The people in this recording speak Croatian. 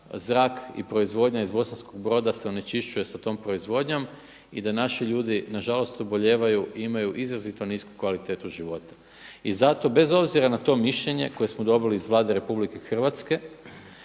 zrak i proizvodnja iz Bosanskog Broda se onečišćuje sa tom proizvodnjom i da naši ljudi nažalost obolijevaju i imaju izrazito nisku kvalitetu života. I zato bez obzira na to mišljenje koje smo dobili iz Vlade RH nadam se